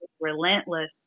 relentless